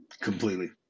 Completely